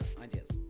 ideas